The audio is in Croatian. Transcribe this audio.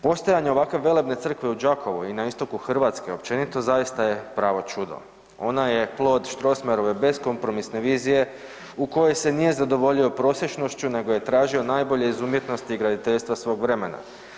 Postojanje ovako velebne crkve u Đakovu i na istoku Hrvatske općenito zaista je pravo čudo, ona je plod Strossmayerove beskompromisne vizije u kojoj se nije zadovoljio prosječnošću nego je tražio najbolje iz umjetnosti i graditeljstva svog vremena.